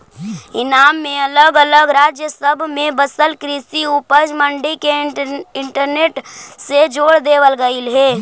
ईनाम में अलग अलग राज्य सब में बसल कृषि उपज मंडी के इंटरनेट से जोड़ देबल गेलई हे